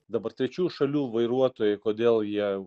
dabar trečių šalių vairuotojai kodėl jie